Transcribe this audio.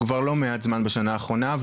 כבר לא מעט זמן בשנה האחרונה.